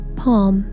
palm